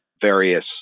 various